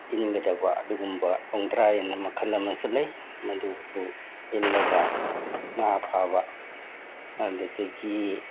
ꯏꯟꯒꯗꯧꯕ ꯑꯗꯨꯒꯨꯝꯕ ꯂꯣꯡꯗ꯭ꯔꯥꯏ ꯑꯅ ꯃꯈꯜ ꯑꯃꯁꯨ ꯂꯩ ꯃꯗꯨꯁꯨ ꯏꯜꯂꯒ ꯉꯥ ꯐꯥꯕ ꯑꯗꯨꯗꯒꯤ